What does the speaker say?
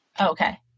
Okay